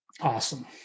Awesome